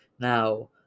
Now